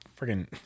Freaking